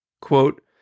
Quote